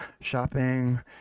shopping